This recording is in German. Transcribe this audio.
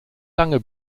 lange